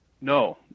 No